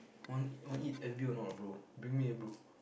want want eat F_B_O of not bro bring me eh bro